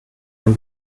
ein